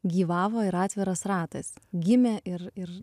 gyvavo ir atviras ratas gimė ir ir